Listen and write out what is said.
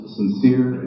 sincere